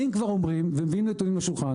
אם כבר אומרים ומביאים נתונים לשולחן,